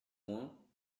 moins